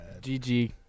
GG